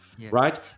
Right